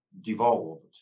devolved